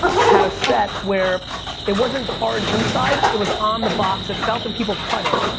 had a set where it wasn't cards inside, it was on the box itself, and people cut it,